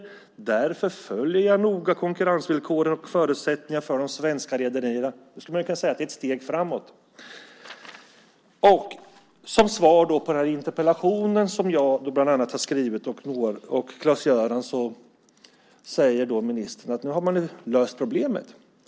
Det står också: "Därför följer jag noga konkurrensvillkoren och förutsättningarna för den svenska rederinäringen." Man skulle kunna säga att det är ett steg framåt. Som svar på den interpellation som jag har skrivit, och även på Claes-Görans interpellation, säger ministern att man nu har löst problemet.